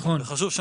ידידי,